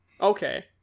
Okay